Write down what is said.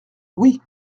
oui